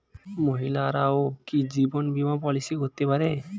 মহিলারাও কি জীবন বীমা পলিসি করতে পারে?